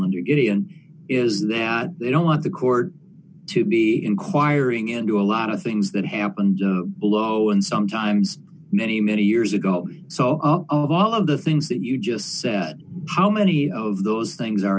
under gideon is there i don't want the court to be inquiring into a lot of things that happened below and sometimes many many years ago so of all of the things that you just said how many of those things are